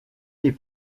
les